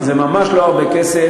זה ממש לא הרבה כסף,